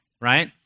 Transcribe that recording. right